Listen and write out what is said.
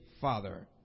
father